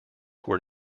were